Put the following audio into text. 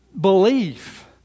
belief